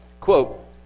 quote